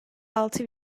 altı